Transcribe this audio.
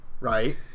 right